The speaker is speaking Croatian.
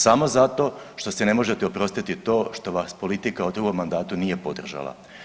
Samo zato što si ne možete oprostiti to što vas politika u drugom mandatu nije podržala.